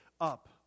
Up